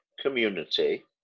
community